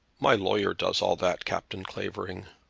my lawyer does all that, captain clavering.